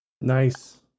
Nice